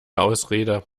ausrede